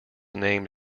named